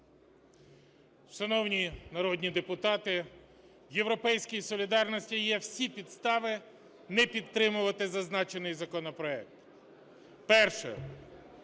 Шановні народні депутати, у "Європейської солідарності" є всі підстави не підтримувати зазначений законопроект. Перше.